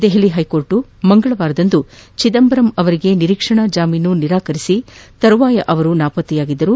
Delhi high court ಮಂಗಳವಾರ ಚಿದಂಬರಂ ಅವರಿಗೆ ನಿರೀಕ್ಷಣಾ ಜಾಮೀನು ನಿರಾಕರಿಸಿ ತರುವಾಯ ಅವರು ನಾಪತ್ತೆಯಾಗಿದ್ದರು